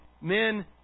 Men